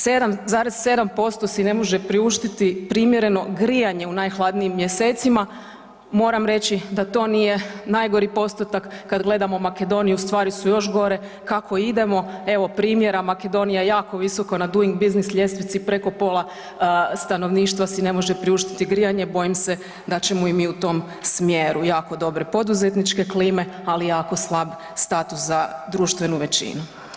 7,7% si ne može priuštiti primjereno grijanje u najhladnijim mjesecima, moram reći da to nije najgori postotak kad gledamo Makedoniju, stvari su još gore, kako idemo, evo primjera, Makedonija je jako visoko na Doing business ljestvici, preko pola stanovništva si ne može priuštiti grijanje, bojim se da ćemo i mi u tom smjeru jako dobre poduzetničke klime ali jako slab status za društvenu većinu.